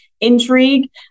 intrigue